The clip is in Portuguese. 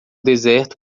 deserto